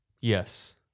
Yes